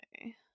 Okay